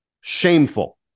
Shameful